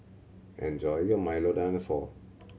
enjoy your Milo Dinosaur